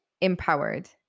empowered